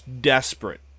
desperate